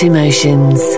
Emotions